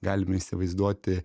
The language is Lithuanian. galim įsivaizduoti